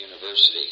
University